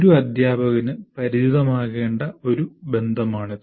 ഒരു അധ്യാപകന് പരിചിതമാകേണ്ട ഒരു ബന്ധമാണിത്